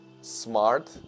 smart